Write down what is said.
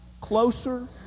closer